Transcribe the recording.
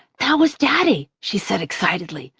that was daddy, she said excitedly.